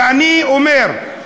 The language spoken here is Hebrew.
ואני אומר,